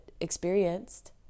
experienced